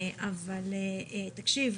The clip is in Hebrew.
אבל תקשיב,